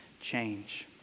change